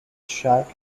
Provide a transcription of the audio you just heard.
shark